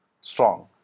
strong